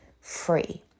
free